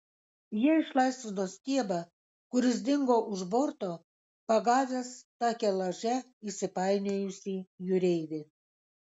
jie išlaisvino stiebą kuris dingo už borto pagavęs takelaže įsipainiojusį jūreivį